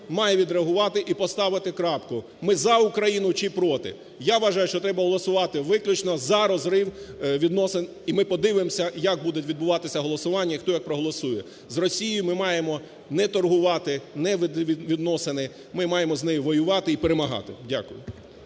має відреагувати і поставити крапку, ми за Україну чи проти. Я вважаю, що треба голосувати виключно за розрив відносин, і ми подивимось, як будуть відбуватись голосування і хто як проголосує. З Росією ми маємо не торгувати, не відносини, ми маємо з нею воювати і перемагати. Дякую.